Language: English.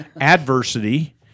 Adversity